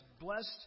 Blessed